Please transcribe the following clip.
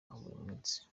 burimunsi